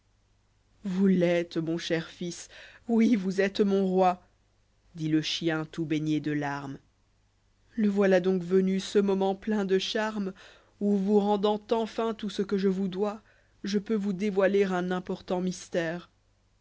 vous l'êtes mon cher fils oui vous êtes mon roi dit le chien tout baigné de larmes le voilà donc venu ce moment plein de charmes où vous rendant enfin tout ce que je vous doi je peux vous dévoiler un important mystère